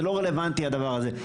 זה לא רלוונטי הדבר הזה,